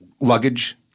luggage